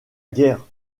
guerre